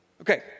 Okay